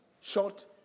short